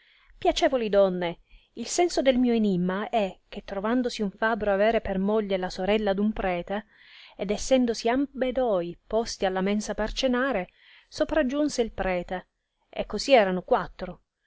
piacevoli donne il senso del mio enimma è che trovandosi un fabro avere per moglie la sorella d un prete ed essendosi ambe doi posti alla mensa per cenare sopragiunse il prete e così erano quattro